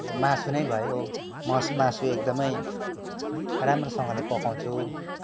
अब मासु नै भयो मासु एकदमै राम्रोसँगले पकाउँछु